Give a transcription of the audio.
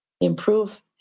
Improve